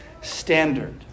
standard